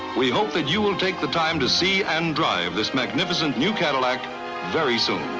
we hope that you will take the time to see and drive this magnificent new cadillac very soon